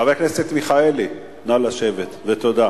חבר הכנסת מיכאלי, נא לשבת, ותודה.